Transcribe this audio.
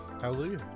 Hallelujah